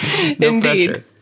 Indeed